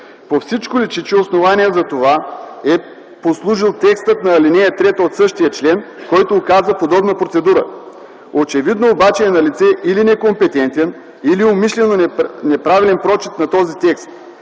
По всичко личи, че като основание за това е послужил текстът на ал. 3 от същия член, който указва подобна процедура. Очевидно обаче е налице или некомпетентен, или умишлено неправилен прочит на този текст.